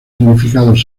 significados